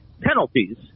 penalties